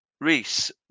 Reese